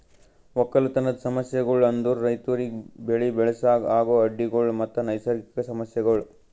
ಒಕ್ಕಲತನದ್ ಸಮಸ್ಯಗೊಳ್ ಅಂದುರ್ ರೈತುರಿಗ್ ಬೆಳಿ ಬೆಳಸಾಗ್ ಆಗೋ ಅಡ್ಡಿ ಗೊಳ್ ಮತ್ತ ನೈಸರ್ಗಿಕ ಸಮಸ್ಯಗೊಳ್